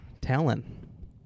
talent